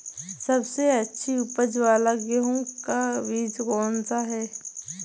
सबसे अच्छी उपज वाला गेहूँ का बीज कौन सा है?